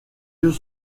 yeux